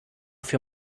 für